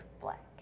black